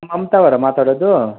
ಮಮತಾ ಅವರಾ ಮಾತಾಡೋದು